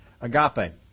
agape